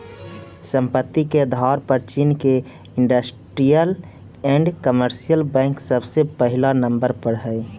संपत्ति के आधार पर चीन के इन्डस्ट्रीअल एण्ड कमर्शियल बैंक सबसे पहिला नंबर पर हई